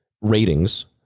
ratings